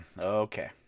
Okay